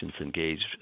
engaged